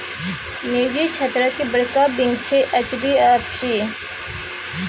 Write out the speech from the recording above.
निजी क्षेत्रक बड़का बैंक छै एच.डी.एफ.सी